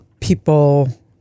people